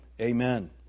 amen